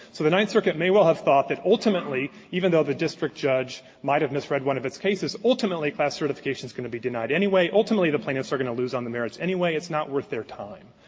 so the ninth circuit may well have thought that ultimately, even though the district judge might have misread one of its cases, ultimately class certification is going to be denied anyway. ultimately the plaintiffs are going to lose on the merits anyway. it's not worth their time.